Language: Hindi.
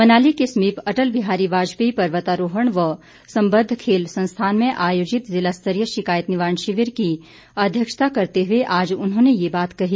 मनाली के समीप अटल बिहारी वाजपेयी पर्वतारोहण व संबद्ध खेल संस्थान में आयोजित जिला स्तरीय शिकायत निवारण शिविर की अध्यक्षता करते हुए आज उन्होंने ये बात कही